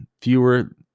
fewer